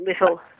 little